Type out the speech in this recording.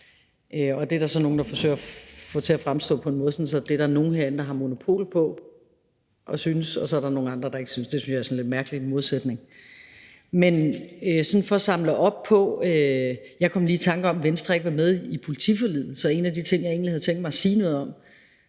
Der er så nogle, der forsøger at få det til at fremstå på den måde, at det er der nogle herinde, der har monopol på at synes, og så er der nogle andre, der ikke synes det. Det synes jeg er sådan en lidt mærkelig modsætning. Jeg kom lige i tanke om, at Venstre ikke var med i politiforliget, og en af de ting, jeg egentlig havde tænkt mig at sige noget om,